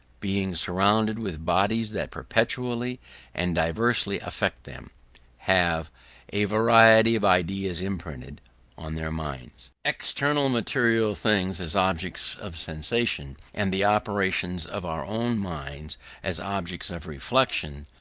being surrounded with bodies that perpetually and diversely affect them have a variety of ideas imprinted on their minds. external material things as objects of sensation, and the operations of our own minds as objects of reflection,